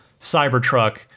Cybertruck